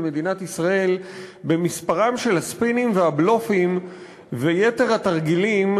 מדינת ישראל במספרם של הספינים והבלופים ויתר התרגילים